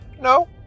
No